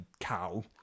cow